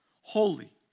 Holy